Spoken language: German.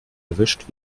erwischt